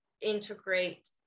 integrate